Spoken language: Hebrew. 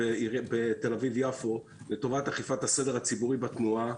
בתל-אביב יפו לטובת אכיפת הסדר הציבורי בתנועה.